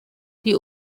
die